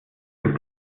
ist